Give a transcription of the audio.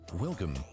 Welcome